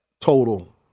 total